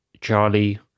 Charlie